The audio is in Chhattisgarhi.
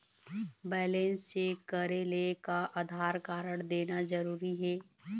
बैलेंस चेक करेले का आधार कारड देना जरूरी हे?